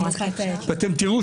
ואתם תראו